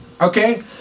Okay